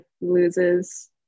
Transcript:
loses